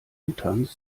utans